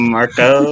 Marco